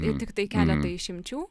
ir tiktai keleta išimčių